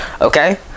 Okay